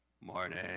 morning